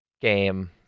game